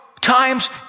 times